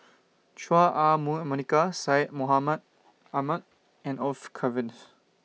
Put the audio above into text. Chua Ah Huwa Monica Syed Mohamed Ahmed and Orfeur Cavenagh